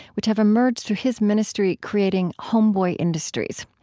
which have emerged through his ministry creating homeboy industries.